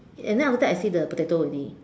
and then after that I see the potato already